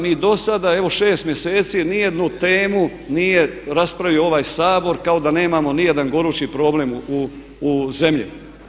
Mi dosada, evo 6 mjeseci, nijednu temu nije raspravio ovaj Sabor kao da nemamo nijedan gorući problem u zemlji.